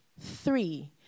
three